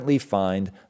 Find